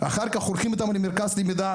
אחר כך הולכים איתם למרכז למידה,